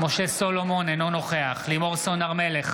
אינו נוכח לימור סון הר מלך,